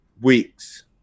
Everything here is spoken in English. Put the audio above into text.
weeks